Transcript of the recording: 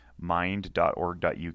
mind.org.uk